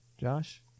Josh